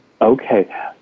Okay